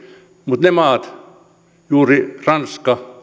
mutta jos juuri ranska